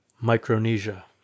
micronesia